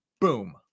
Boom